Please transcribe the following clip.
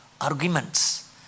arguments